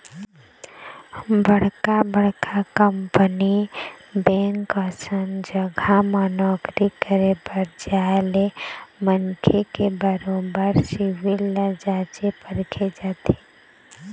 बड़का बड़का company bank असन जघा म नौकरी करे बर जाय ले मनखे के बरोबर सिविल ल जाँचे परखे जाथे